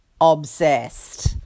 obsessed